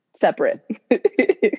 separate